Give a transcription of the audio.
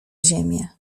ziemię